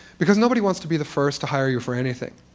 because nobody wants to be the first to hire you for anything.